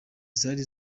zari